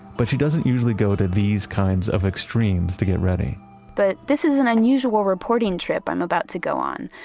but she doesn't usually go to these kinds of extremes to get ready but this is an unusual reporting trip i'm about to go on.